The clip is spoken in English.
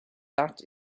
that